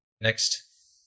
Next